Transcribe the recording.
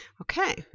okay